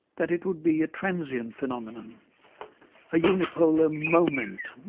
that it would be a transient phenomenon a unipolar moment,